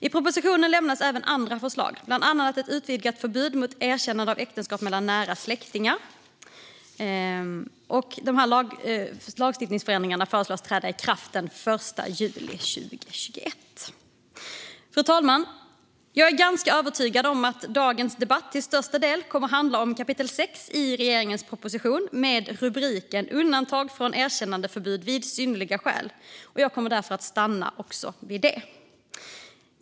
I propositionen lämnas även andra förslag, bland annat ett utvidgat förbud mot erkännande av äktenskap mellan nära släktingar. Lagändringarna föreslås träda i kraft den 1 juli 2021. Fru talman! Jag är ganska övertygad om att dagens debatt till största del kommer att handla om kapitel 6 i regeringens proposition med rubriken Undantag från erkännandeförbudet vid synnerliga skäl. I mitt anförande kommer jag därför att stanna vid det.